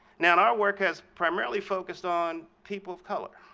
now and our work has primarily focused on people of color.